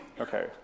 Okay